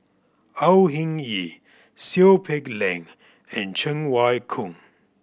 Au Hing Yee Seow Peck Leng and Cheng Wai Keung